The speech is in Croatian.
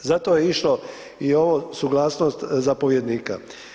Zato je išlo i ovo suglasnost zapovjednika.